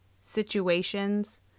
situations